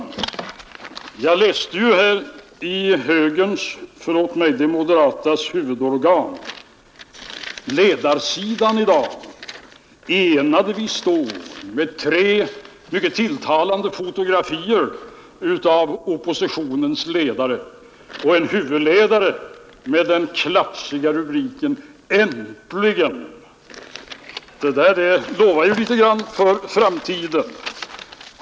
Jag läste i högerns — förlåt mig: de moderatas — huvudorgan, ledarsidan i dag rubriken: ”Enade vi stå”, med tre mycket tilltalande fotografier utav oppositionens ledare samt en huvudledare med den klatschiga rubriken ”Äntligen! ” Det där det lovar ju litet grand för framtiden.